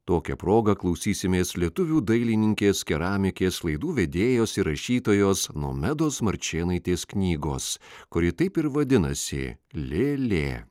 tokia proga klausysimės lietuvių dailininkės keramikės laidų vedėjos ir rašytojos nomedos marčėnaitės knygos kuri taip ir vadinasi lėlė